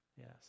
Yes